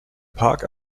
park